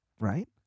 right